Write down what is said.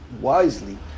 wisely